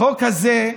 החוק הזה,